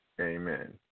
Amen